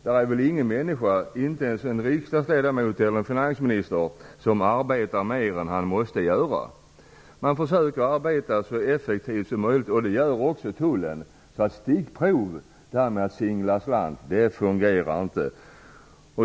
Det finns väl ingen människa, inte ens en riksdagsledamot eller finansminister, som arbetar mer än han måste göra? Man försöker arbeta så effektivt som möjligt, och det gör också Tullen. Stickprov, dvs. att singla slant, fungerar inte.